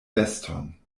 veston